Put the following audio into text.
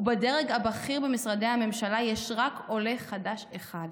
ובדרג הבכיר במשרדי הממשלה יש רק עולה חדש אחד.